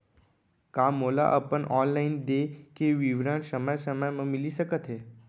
का मोला अपन ऑनलाइन देय के विवरण समय समय म मिलिस सकत हे?